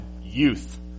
youth